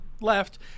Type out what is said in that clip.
left